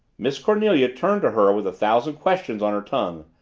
miss cornelia turned to her with a thousand questions on her tongue,